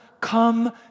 come